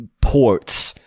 ports